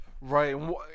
Right